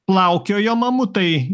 plaukioja mamutai